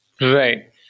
Right